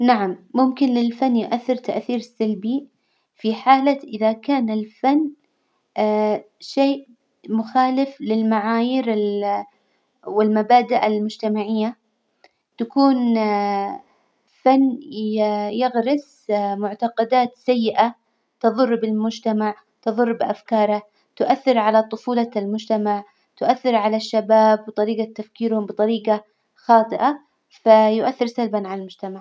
نعم ممكن للفن يؤثر تأثير سلبي في حالة إذا كان الفن شيء مخالف للمعايير ال- والمبادئ المجتمعية، تكون فن ي- يغرس معتقدات سيئة تظر بالمجتمع، تظر بأفكاره، تؤثر على طفولة المجتمع، تؤثر على الشباب وطريجة تفكيرهم بطريجة خاطئة، فيؤثر سلبا على المجتمع.